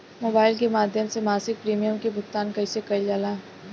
Mobile के माध्यम से मासिक प्रीमियम के भुगतान कैसे कइल जाला?